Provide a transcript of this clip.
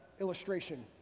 illustration